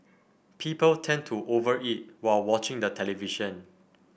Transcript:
people tend to over eat while watching the television